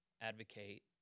advocate